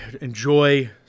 enjoy